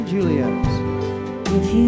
Juliet